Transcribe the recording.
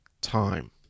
time